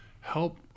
help